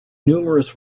numerous